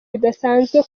bidasanzwe